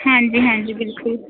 ਹਾਂਜੀ ਹਾਂਜੀ ਬਿਲਕੁਲ